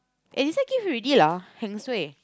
eh this one give already lah heng suay